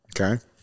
Okay